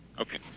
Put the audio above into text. okay